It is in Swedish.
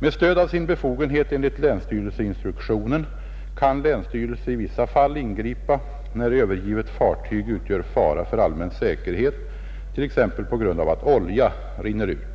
Med stöd av sin befogenhet enligt länsstyrelseinstruktionen kan länsstyrelse i vissa fall ingripa när övergivet fartyg utgör fara för allmän säkerhet t. ex, på grund av att olja rinner ut.